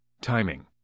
Timing